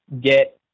get